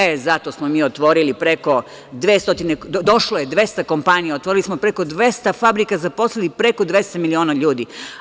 E, zato smo mi otvorili preko, odnosno došlo je 200 kompanija, otvorili smo preko 200 fabrika, zaposlili preko 200 miliona ljudi.